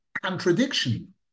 contradiction